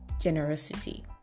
Generosity